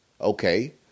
Okay